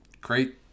great